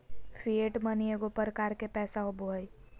fiat money एगो प्रकार के पैसा होबो हइ